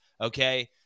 okay